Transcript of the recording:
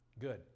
Good